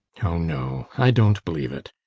oh, no i don't believe it.